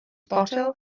bottle